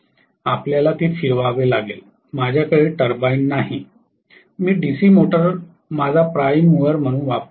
आपल्याला ते फिरवावे लागेल माझ्याकडे टर्बाइन नाही मी डीसी मोटर माझा प्राइम मूवर म्हणून वापरत आहे